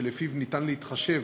שלפיו אפשר להתחשב